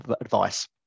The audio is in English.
advice